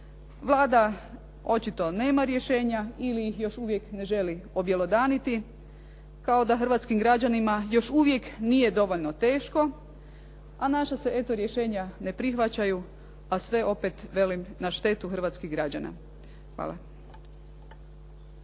Vlada očito nema rješenja ili ih još uvijek ne želi objelodaniti, kao da hrvatskim građanima još uvijek nije dovoljno teško, a naša se eto rješenja ne prihvaćaju, a sve opet velim na štetu hrvatskih građana. Hvala.